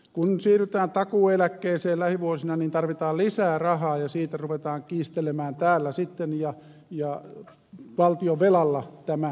kun siirrytään takuueläkkeeseen lähivuosina niin tarvitaan lisää rahaa ja siitä ruvetaan kiistelemään täällä sitten ja valtionvelalla tämä hoidetaan